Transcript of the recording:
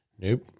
Nope